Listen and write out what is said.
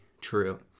true